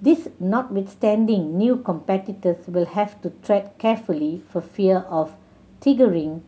this notwithstanding new competitors will have to tread carefully for fear of triggering